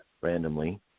randomly